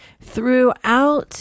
Throughout